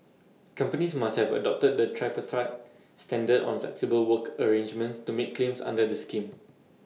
companies must have adopted the tripartite standard on flexible work arrangements to make claims under the scheme